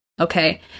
okay